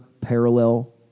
parallel